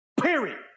Period